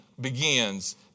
begins